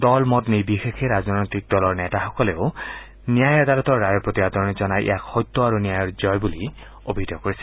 দল মত নিৰ্বিশেষে ৰাজনৈতিক নেতাসকলে ন্যায় আদালতৰ ৰায়ৰ প্ৰতি আদৰণি জনাই ইয়াক সত্য আৰু ন্যায়ৰ জয় বুলি অভিহিত কৰিছে